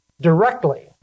directly